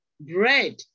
Bread